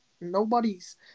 nobody's